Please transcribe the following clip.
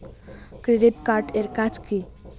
Credit card এর কাজ কি?